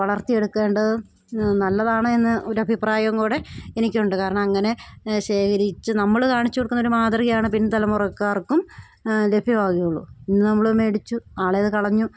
വളർത്തിയെടുക്കേണ്ടത് നല്ലതാണ് എന്ന് ഒരഭിപ്രായം കൂടി എനിക്കുണ്ട് കാരണം അങ്ങനെ ശേഖരിച്ചു നമ്മൾ കാണിച്ചു കൊടുക്കുന്നൊരു മാതൃകയാണ് പിന് തലമുറക്കാർക്കും ലഭ്യമാകുകയുള്ളു ഇന്ന് നമ്മൾ മേടിച്ചു നാളെയതു കളഞ്ഞു